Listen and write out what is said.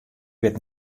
wit